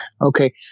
Okay